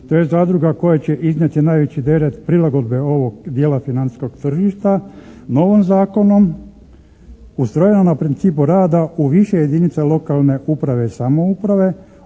tj., zadruga koje će inače najveći teret prilagodbe ovog dijela financijsko tržišta novim zakonom ustrojeno na principu rada u više jedinica lokalne uprave i samouprave,